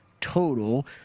total